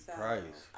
price